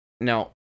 Now